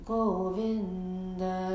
Govinda